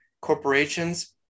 corporations